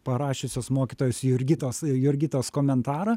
parašiusios mokytojos jurgitos jurgitos komentarą